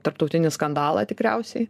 tarptautinį skandalą tikriausiai